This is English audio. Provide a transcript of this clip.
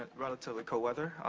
relatively cold weather.